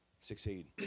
succeed